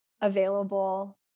available